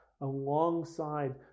alongside